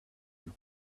you